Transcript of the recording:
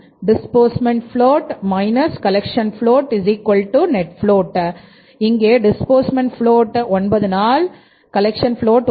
disbursement float